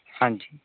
ਹਾਂਜੀ